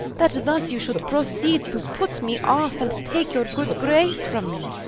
that thus you should proceede to put me off, and take your good grace from me?